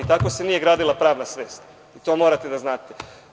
Tako se nije gradila pravna svest i to morate da znate.